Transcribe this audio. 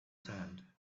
sand